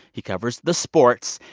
he covers the sports.